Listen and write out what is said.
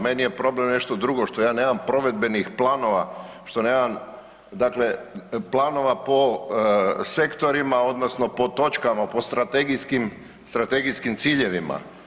Meni je problem nešto drugo što ja nemam provedbenih planova, što nemam dakle planova po sektorima odnosno po točkama po strategijskim, strategijskim ciljevima.